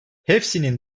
hepsinin